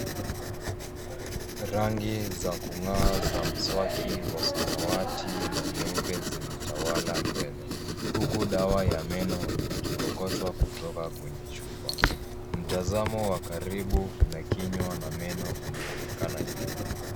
Rangi za kung'aa za mswaki wa samawati na nyeupe zimetawala mbele. Huku dawa ya meno ikikokotwa kutoka kwenye chupa. Mtazamo wa karibu na kinywa na meno unaonekana nyuma.